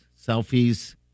selfies